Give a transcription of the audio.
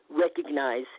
recognize